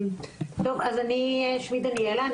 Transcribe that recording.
טוב אז שמי דניאלה,